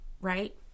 right